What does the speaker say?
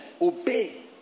obey